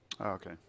okay